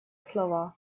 слова